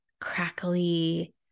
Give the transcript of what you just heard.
crackly